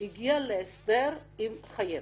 הגיע להסדר עם חייבת.